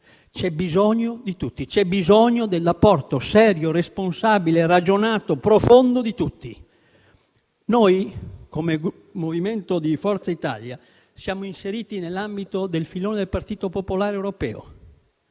c'è bisogno di tutti. C'è bisogno dell'apporto serio, responsabile, ragionato e profondo di tutti. Noi, come di Forza Italia siamo inseriti nell'ambito del filone del Partito popolare europeo.